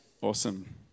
Awesome